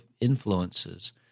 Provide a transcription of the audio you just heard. influences